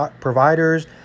providers